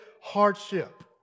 hardship